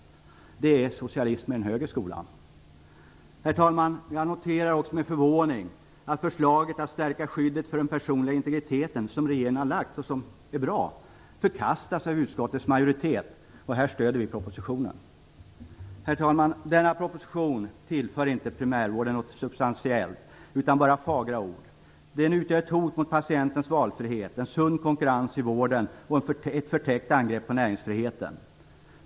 Det är socialism i den högre skolan. Herr talman! Jag noterar också med förvåning att det förslag om att stärka skyddet för den personliga integriteten som regeringen har lagt och som är bra förkastas av utskottets majoritet. Här stöder vi propositionen. Herr talman! Denna proposition tillför inte primärvården något substantiellt, utan bara fagra ord. Den utgör ett hot mot patienternas valfrihet och mot en sund konkurrens i vården. Den är också ett förtäckt angrepp på näringsfriheten.